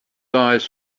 eyes